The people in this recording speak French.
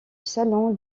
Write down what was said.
salon